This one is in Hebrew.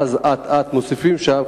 ואז אט-אט מוסיפים שם,